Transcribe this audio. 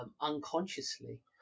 unconsciously